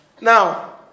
Now